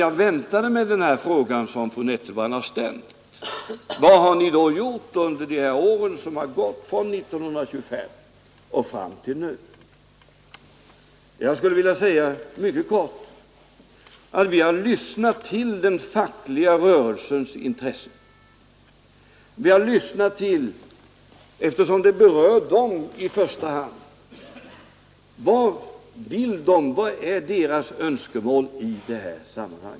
Jag väntade mig, herr talman, den fråga som fru Nettelbrandt ställt: Vad har ni då gjort under de år som gått sedan 1925 och fram till nu? Jag skulle mycket kort vilja svara att vi har lyssnat till den fackliga rörelsens intressen och önskemål, eftersom dessa frågor i första hand berör den.